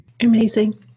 Amazing